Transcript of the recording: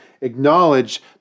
Acknowledge